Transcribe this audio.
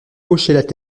hochaient